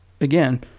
again